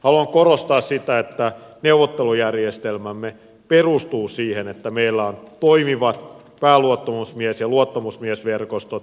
haluan korostaa sitä että neuvottelujärjestelmämme perustuu siihen että meillä on toimiva pääluottamusmies ja luottamusmiesverkosto